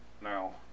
now